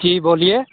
जी बोलिए